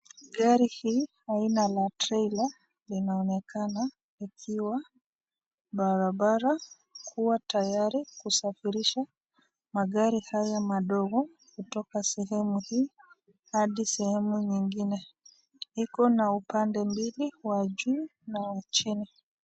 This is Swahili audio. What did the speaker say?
Garii hii aina la trailer linaonekana likiwa barabara kuwa tayari kusafirisha magari haya madogo kutoka sehemu hii hadi sehemu nyingine. Iko na upande mbili wa juu na chini.